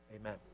amen